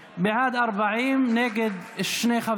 בעד, 40, נגד, שניים.